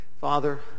Father